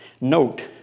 Note